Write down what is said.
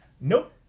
Nope